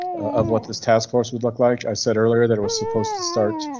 of what this task force would look like, i said earlier that was supposed to start